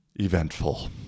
eventful